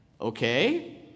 Okay